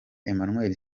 emmanuel